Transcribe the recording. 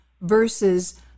versus